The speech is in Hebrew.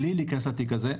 בלי להיכנס לתיק הזה.